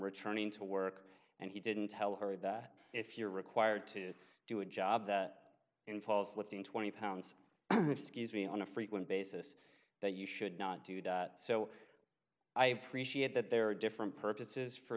returning to work and he didn't tell her that if you're required to do a job that involves lifting twenty pounds excuse me on a frequent basis that you should not do that so i appreciate that there are different purposes for